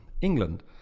England